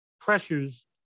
pressures